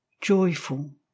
joyful